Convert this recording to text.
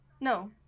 No